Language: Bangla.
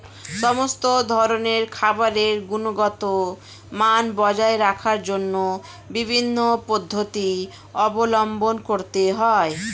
সমস্ত ধরনের খাবারের গুণগত মান বজায় রাখার জন্য বিভিন্ন পদ্ধতি অবলম্বন করতে হয়